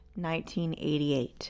1988